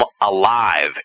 Alive